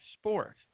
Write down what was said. sport